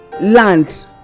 land